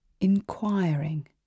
inquiring